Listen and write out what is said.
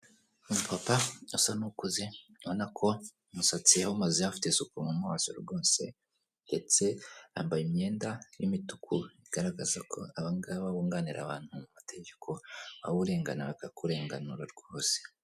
Umupapa udasa n'ukuze, ubonba ko umusatsi yawumazeho afite isuku mu maso rwose, ndetse yambaye imyenda y'imituku, igaragaza ko aba ngaba bunganira abantu mu mategeko, waba urengana bakakurenganura rwose.